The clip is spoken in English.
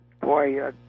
Boy